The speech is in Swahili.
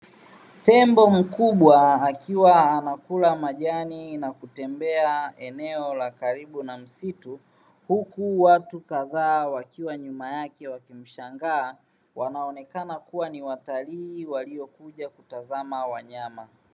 Tembo mkubwa akiwa anakula majani na kutembea eneo la karibu na msitu, huku watu kadhaa wakiwa nyuma yake wakimshangaa, wanaonekana kuwa ni watalii waliokuja kutazama wanyama.